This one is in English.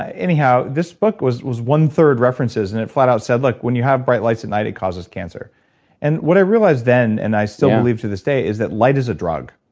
anyhow, this book was was one-third references, and it flat-out said, look, when you have bright lights at night, it causes cancer and what i realized then, and i still believe to this day, is that light is a drug.